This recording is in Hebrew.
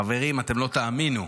חברים, אתם לא תאמינו,